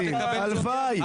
הלוואי.